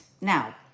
Now